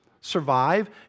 survive